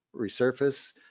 resurface